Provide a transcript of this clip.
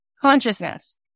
consciousness